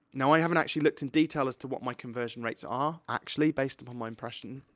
now, i haven't actually looked in detail as to what my conversion rates are, actually, based upon my impression.